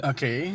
Okay